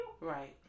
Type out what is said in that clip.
Right